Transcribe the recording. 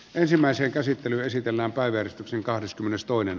ensimmäisen käsittelyn esitellään päivystyksen kahdeskymmenestoinen